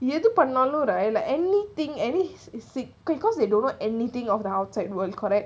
எதுபண்ணாலும்: edhu pannalanum right like anything any is sick because they don't know anything of the outside world correct